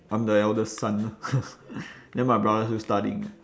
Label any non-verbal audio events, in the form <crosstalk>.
I'm the eldest son lah <noise> then my brother still studying